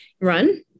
run